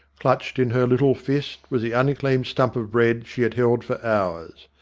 clutched in her little fist was the unclean stump of bread she had held for hours.